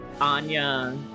Anya